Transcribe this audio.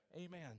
Amen